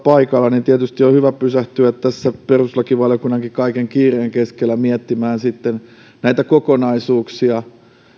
paikalla tietysti on hyvä pysähtyä tässä perustuslakivaliokunnankin kaiken kiireen keskellä miettimään näitä kokonaisuuksia